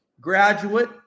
graduate